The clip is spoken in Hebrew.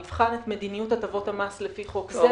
" יבחן את מדיניות הטבות המס לפי חוק זה,